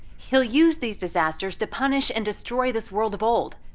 he'll use these disasters to punish and destroy this world of old.